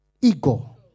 ego